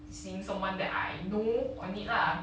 seeing someone that I know on it lah